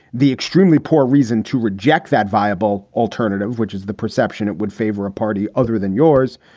the extremely poor reason to reject that viable alternative, which is the perception it would favor a party other than yours.